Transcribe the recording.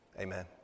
Amen